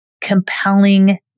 compelling